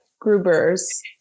Gruber's